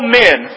men